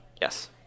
Yes